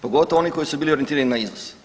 Pogotovo oni koji su bili orijentirani na izvoz.